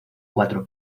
cuatro